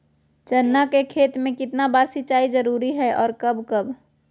चना के खेत में कितना बार सिंचाई जरुरी है और कब कब?